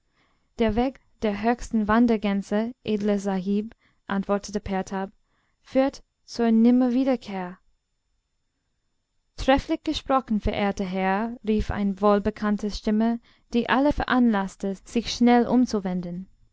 der weg der höchsten wandergänse edler sahib antwortete pertab führt zur nimmerwiederkehr trefflich gesprochen verehrter herr rief eine wohlbekannte stimme die alle veranlaßte sich schnell umzuwenden